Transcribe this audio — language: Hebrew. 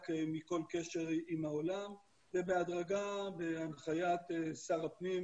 מכל קשר עם העולם ובהדרגה ובהנחיית שר הפנים